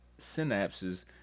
synapses